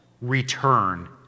return